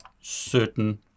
certain